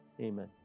amen